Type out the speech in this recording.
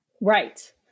right